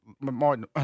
Martin